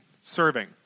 serving